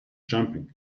jumping